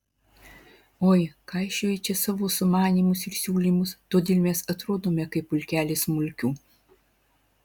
ui kaišioji čia savo sumanymus ir siūlymus todėl mes atrodome kaip pulkelis mulkių